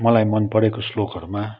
मलाई मनपरेको श्लोकहरूमा